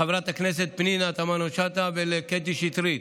לחברת הכנסת פנינה תמנו שטה ולקטי שטרית,